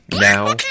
now